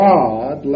God